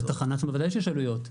לתחנה עצמה וודאי שיש עלויות.